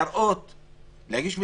להגיש מסמכים,